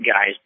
guys